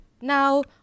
now